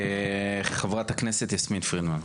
חברת הכנסת יסמין פרידמן,